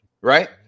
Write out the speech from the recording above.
Right